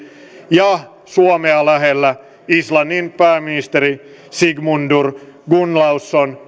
ja suomea lähellä islannin pääministeri sigmundur gunnlaugsson